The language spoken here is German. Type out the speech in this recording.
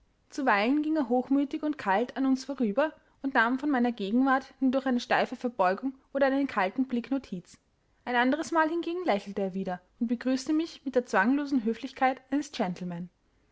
zuweilen ging er hochmütig und kalt an uns vorüber und nahm von meiner gegenwart nur durch eine steife verbeugung oder einen kalten blick notiz ein anderes mal hingegen lächelte er wieder und begrüßte mich mit der zwanglosen höflichkeit eines gentleman